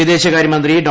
വിദേശകാര്യ മന്ത്രി ഡോ